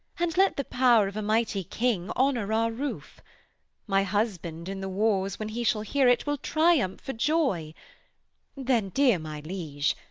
and let the power of a mighty king honor our roof my husband in the wars, when he shall hear it, will triumph for joy then, dear my liege,